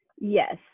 Yes